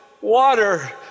water